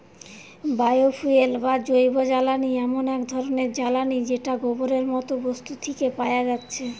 bio fuel বা জৈবজ্বালানি এমন এক ধরণের জ্বালানী যেটা গোবরের মতো বস্তু থিকে পায়া যাচ্ছে